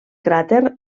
cràter